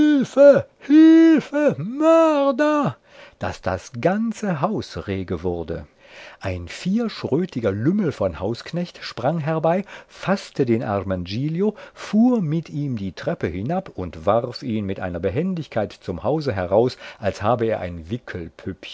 daß das ganze haus rege wurde ein vierschrötiger lümmel von hausknecht sprang herbei faßte den armen giglio fuhr mit ihm die treppe hinab und warf ihn mit einer behendigkeit zum hause heraus als habe er ein